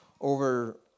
over